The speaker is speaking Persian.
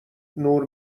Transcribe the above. نور